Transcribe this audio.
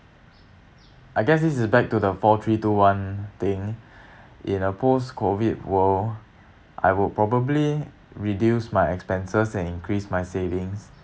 I guess this is back to the four three two one thing in a post COVID world I would probably reduce my expenses and increase my savings